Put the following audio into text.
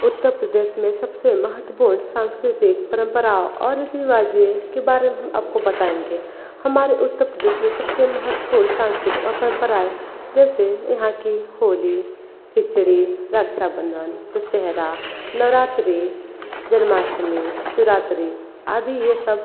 उत्तर प्रदेश में सब से महत्वपूर्ण सांस्कृतिक परम्परा और रीति रिवाज के बारे में आप को बताएंगे हमारे उत्तर प्रदेश में सब से महत्वपूर्ण सांस्कृतिक और परम्पराएँ जैसे यहाँ की होली खिचड़ी रक्षाबंधन दशहरा नवरात्री जन्माष्टमी शिवरात्रि आदि ये सब